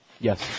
Yes